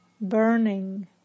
burning